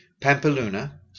Pampeluna